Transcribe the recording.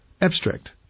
Abstract